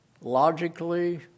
logically